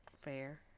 Fair